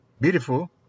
beautiful